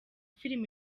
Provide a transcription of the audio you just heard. film